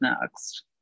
next